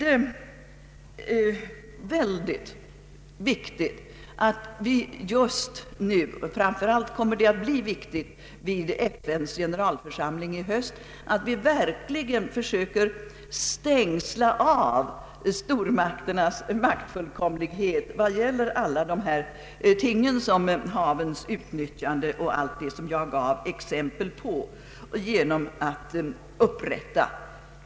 Det är mycket viktigt att vi just nu och framför allt vid FN:s generalförsamling i höst verkligen försöker stängsla av stormakternas maktfullkomlighet när det gäller havens utnyttjande och de övriga nya exploateringsområden jag gav exempel på.